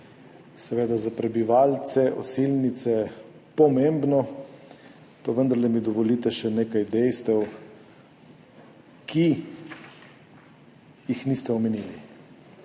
seveda za prebivalce Osilnice pomembno, pa vendarle mi dovolite še nekaj dejstev, ki jih niste omenili.